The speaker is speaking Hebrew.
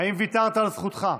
האם ויתרת על זכותך?